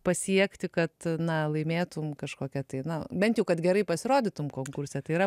pasiekti kad na laimėtum kažkokią tai na bent jau kad gerai pasirodytum konkurse tai yra